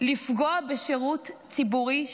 לפגוע בשירות ציבורי,